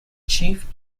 chief